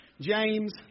James